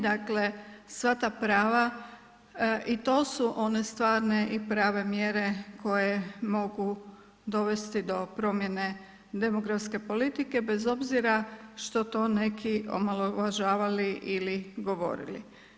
Dakle sva ta prava i to su one stvarne i prave mjere koje mogu dovesti do promjene demografske politike bez obzira što to neki omalovažavali ili govorili.